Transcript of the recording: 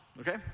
okay